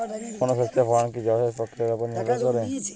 কোনো শস্যের ফলন কি জলসেচ প্রক্রিয়ার ওপর নির্ভর করে?